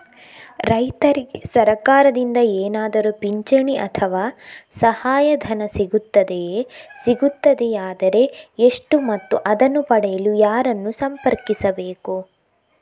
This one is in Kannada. ರೈತರಿಗೆ ಸರಕಾರದಿಂದ ಏನಾದರೂ ಪಿಂಚಣಿ ಅಥವಾ ಸಹಾಯಧನ ಸಿಗುತ್ತದೆಯೇ, ಸಿಗುತ್ತದೆಯಾದರೆ ಎಷ್ಟು ಮತ್ತು ಅದನ್ನು ಪಡೆಯಲು ಯಾರನ್ನು ಸಂಪರ್ಕಿಸಬೇಕು?